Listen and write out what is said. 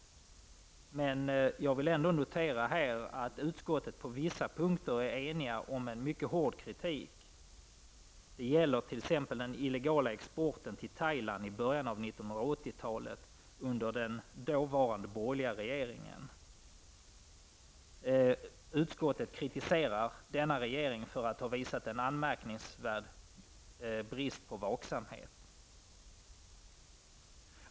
Men jag vill ändå nu notera att utskottet på vissa punkter är enigt om en mycket hård kritik. Det gäller t.ex. den illegala exporten till Thailand i början av 1980-talet under den dåvarande borgerliga regeringen. Utskottet kritiserar denna regering för att ha visat en anmärkningsvärd brist på vaksamhet.